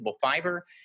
fiber